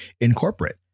incorporate